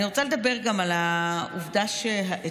אני רוצה לדבר גם על העובדה שאתמול,